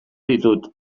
ditut